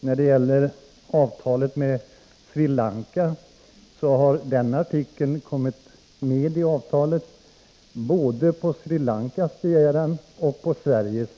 När det gäller avtalet med Sri Lanka, så har artikeln kommit med i avtalet både på Sri Lankas begäran och på Sveriges.